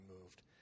moved